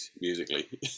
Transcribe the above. musically